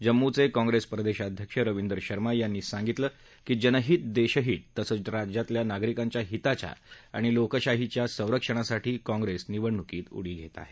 जम्मूचे काँग्रेस प्रदेशाध्यक्ष रविंदर शर्मा यांनी सांगितलं की जनहित देशहित तसंच राज्यातल्या नागरिकांच्या हिताच्या आणि लोकशाहीच्या संरक्षणासाठी काँग्रेस निवडणुकीत उडी घेत आहे